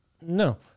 No